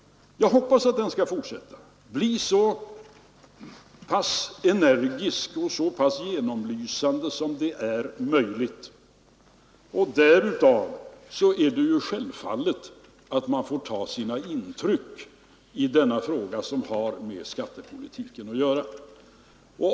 Jag hoppas att den skall fortsätta och bli så pass energisk och genomlysande som möjligt. Därvid är det självfallet att man får ta sina intryck från denna fråga som har med skattepolitiken att göra.